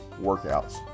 workouts